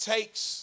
takes